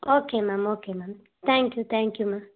okay ma'am okay ma'am thank you thank you ma'am